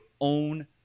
own